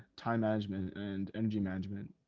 time management and energy management.